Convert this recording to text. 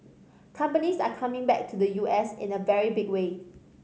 companies are coming back to the U S in a very big way